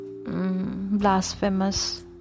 Blasphemous